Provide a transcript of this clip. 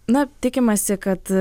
na tikimasi kad